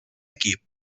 equip